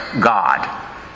God